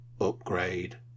upgrade